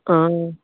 অঁ